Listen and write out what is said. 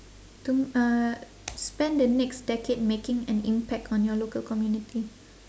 to uh spend the next decade making an impact on your local community